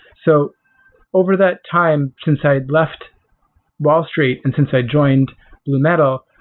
so over that time since i had left wall street and since i joined blue metal,